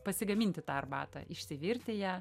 pasigaminti tą arbatą išsivirti ją